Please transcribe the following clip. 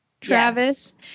Travis